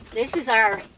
this is our